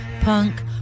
punk